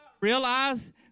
realize